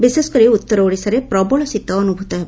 ବିଶେଷକରି ଉଉର ଓଡ଼ିଶାରେ ପ୍ରବଳ ଶୀତ ଅନୁଭୂତ ହେବ